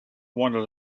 wanted